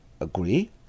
agree